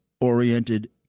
oriented